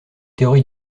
théorie